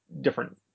different